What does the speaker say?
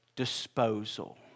disposal